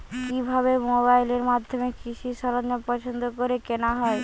কিভাবে মোবাইলের মাধ্যমে কৃষি সরঞ্জাম পছন্দ করে কেনা হয়?